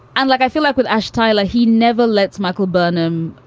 and like, i feel like with ah tyler. he never lets michael burnam,